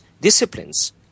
disciplines